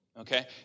Okay